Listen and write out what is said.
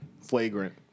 flagrant